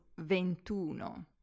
ventuno